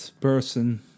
person